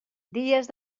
dies